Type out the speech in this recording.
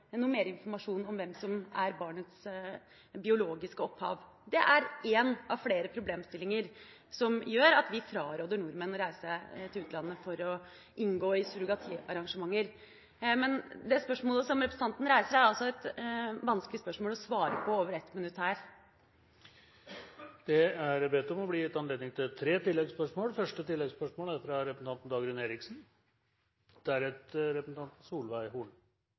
noe mer informasjon om hvem som er barnets biologiske opphav. Det er én av flere problemstillinger som gjør at vi fraråder nordmenn å reise til utlandet for å inngå i surrogatiarrangementer. Spørsmålet som representanten reiser er det vanskelig å svare på i løpet av 1 minutt her. Det blir gitt anledning til tre oppfølgingsspørsmål – først fra representanten Dagrun Eriksen.